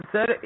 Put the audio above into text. Sir